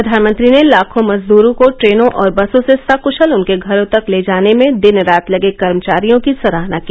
प्रधानमंत्री ने लाखों मजदरों को ट्रेनों और बसों से सक्शल उनके घरों तक र्ले जाने में दिन रात लगे कर्मचारियों की सराहना की